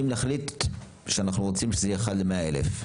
אם נחליט שאנחנו רוצים שזה יהיה 1 ל-100,000,